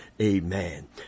Amen